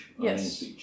Yes